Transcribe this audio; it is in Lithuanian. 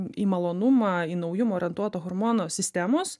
į malonumą į naujumą orientuoto hormono sistemos